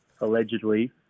allegedly